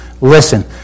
listen